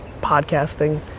podcasting